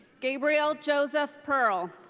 gabriel joseph perl.